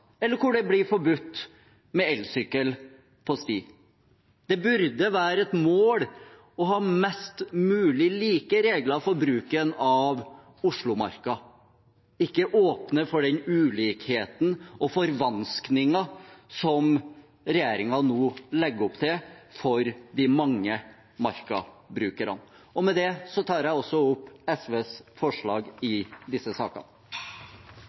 eller hvor det blir forbudt med elsykkel på sti. Det burde være et mål å ha mest mulig like regler for bruken av Oslomarka, ikke åpne for den ulikheten og forvanskningen som regjeringen nå legger opp til for de mange Marka-brukerne. Med det tar jeg også opp SVs forslag i